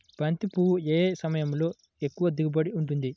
బంతి పువ్వు ఏ సమయంలో ఎక్కువ దిగుబడి ఉంటుంది?